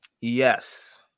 Yes